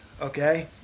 okay